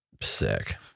sick